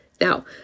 Now